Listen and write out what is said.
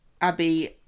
Abby